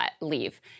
leave